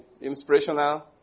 inspirational